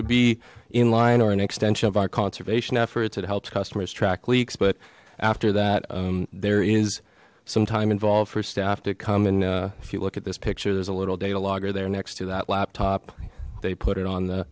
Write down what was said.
to be in line or an extension of our conservation efforts it helps customers track leaks but after that there is some time involved for staff to come and if you look at this picture there's a little data logger there next to that laptop they put it on the